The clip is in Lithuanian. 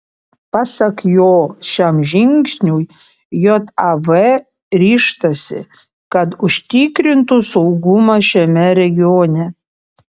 pasak jo šiam žingsniui jav ryžtasi kad užtikrintų saugumą šiame regione